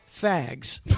fags